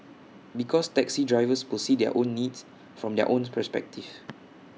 because taxi drivers will see their own needs from their owns perspective